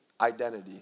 identity